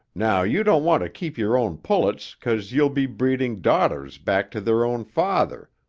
now you don't want to keep your own pullets cause you'll be breeding daughters back to their own father,